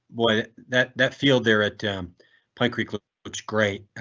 but that that field there at pine creek looks great.